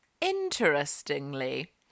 interestingly